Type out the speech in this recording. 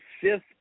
fifth